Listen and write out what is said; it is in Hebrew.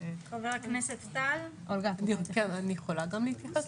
אני יכולה להתייחס?